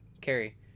carry